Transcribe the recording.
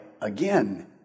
again